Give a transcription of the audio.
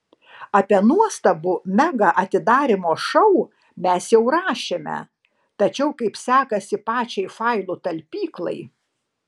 apie nuostabų mega atidarymo šou mes jau rašėme tačiau kaip sekasi pačiai failų talpyklai